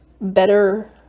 better